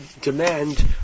demand